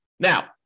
Now